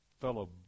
fellow